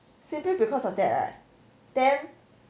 simply because of that right